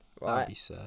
Right